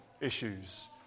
issues